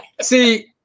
See